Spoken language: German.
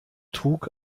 trug